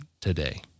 today